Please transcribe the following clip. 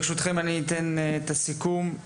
ברשותכם אני אתן את הסיכום.